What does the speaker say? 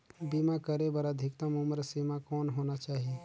बीमा करे बर अधिकतम उम्र सीमा कौन होना चाही?